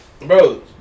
Bro